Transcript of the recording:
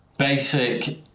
Basic